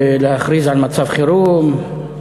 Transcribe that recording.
ולהכריז על מצב חירום,